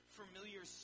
familiar